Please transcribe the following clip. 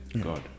God